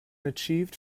achieved